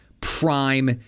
prime